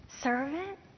Servant